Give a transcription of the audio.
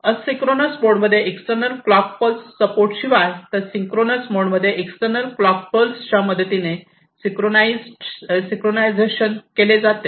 asynchronous mode मध्ये external clock pulse support शिवाय तर सिंक्रोनस मोड मध्ये एक्स्टर्नल क्लॉक पल्स च्या मदतीने सिंक्रोनाइज्डशन केले जाते